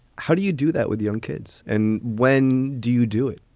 how do you do that with young kids? and when do you do it?